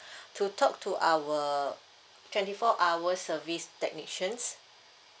to talk to our twenty four hour service technicians